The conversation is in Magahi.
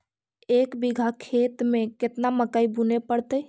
एक बिघा खेत में केतना मकई बुने पड़तै?